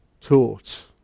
taught